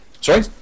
sorry